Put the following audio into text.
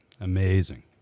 Amazing